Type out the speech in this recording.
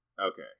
Okay